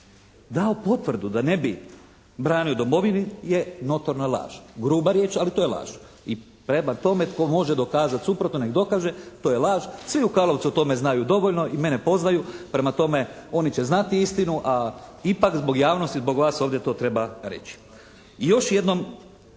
dao potvrdu da ne bi branio Domovinu je notorna laž. Gruba riječ, ali to je laž i prema tome tko može dokazati suprotno nek dokaže. To je laž. Svi u Karlovcu o tome znaju dovoljno i mene poznaju. Prema tome, oni će znati istinu, a ipak zbog javnosti, zbog vas ovdje to treba reći. I još jednom